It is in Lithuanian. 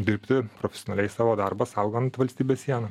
dirbti profesionaliai savo darbą saugant valstybės sieną